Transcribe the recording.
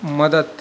مدد